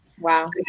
Wow